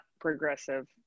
progressive